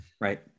Right